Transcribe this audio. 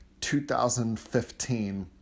2015